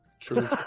True